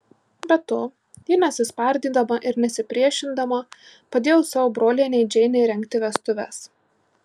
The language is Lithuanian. be to ji nesispardydama ir nesipriešindama padėjo savo brolienei džeinei rengti vestuves